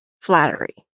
flattery